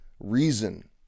Reason